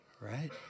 right